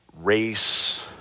race